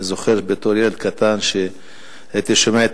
אני זוכר שבתור ילד קטן הייתי שומע את